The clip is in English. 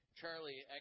Charlie